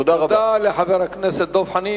תודה לחבר הכנסת דב חנין.